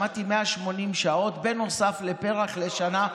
שמעתי: 180 שעות בנוסף לפר"ח לשנה.